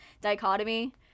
dichotomy